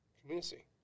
community